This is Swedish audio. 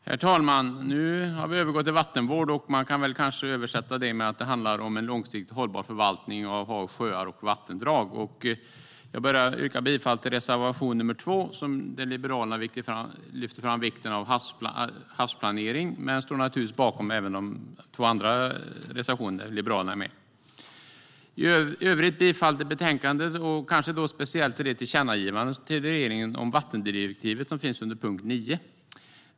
Herr talman! Nu debatterar vi vattenvård. Man kan säga att det handlar om en långsiktigt hållbar förvaltning av hav, sjöar och vattendrag. Jag yrkar bifall till reservation nr 2 där Liberalerna lyfter fram vikten av havsplanering, men jag står givetvis även bakom de två andra reservationerna där Liberalerna är med. I övrigt yrkar jag bifall till förslaget i betänkandet och speciellt till det tillkännagivande till regeringen om vattendirektivet som finns under punkt 9.